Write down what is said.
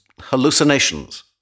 hallucinations